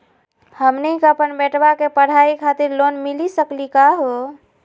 हमनी के अपन बेटवा के पढाई खातीर लोन मिली सकली का हो?